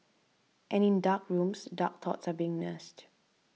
and in dark rooms dark thoughts are being nursed